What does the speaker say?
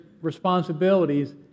responsibilities